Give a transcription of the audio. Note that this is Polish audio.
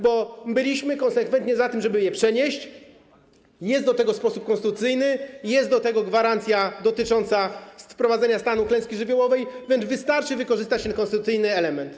Byliśmy konsekwentnie za tym, żeby wybory przenieść, jest co do tego sposób konstytucyjny, jest co do tego gwarancja dotycząca wprowadzenia stanu klęski żywiołowej, więc wystarczy wykorzystać ten konstytucyjny element.